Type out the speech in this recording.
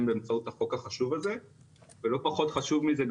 באמצעות החוק השוב הזה ולא פחות חשוב מזה,